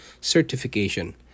certification